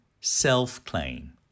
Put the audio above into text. self-claim